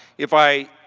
if i